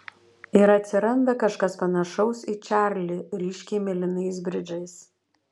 ir atsiranda kažkas panašaus į čarlį ryškiai mėlynais bridžais